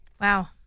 Wow